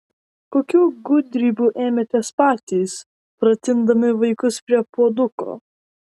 kokių gudrybių ėmėtės patys pratindami vaikus prie puoduko